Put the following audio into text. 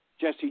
Jesse